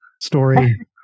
story